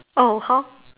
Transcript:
orh how